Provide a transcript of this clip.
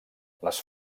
les